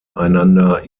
einander